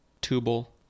Tubal